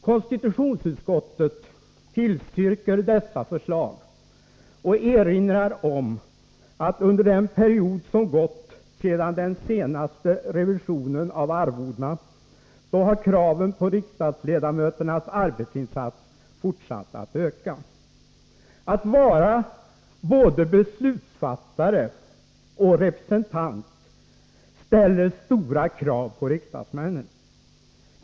Konstitutionsutskottet tillstyrker dessa förslag och erinrar om att under den period som gått efter den senaste revisionen av arvodena har kraven på riksdagsledamöternas arbetsinsatser fortsatt att öka. Att vara både beslutsfattare och representant ställer stora krav på riksdagsmännen.